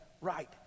right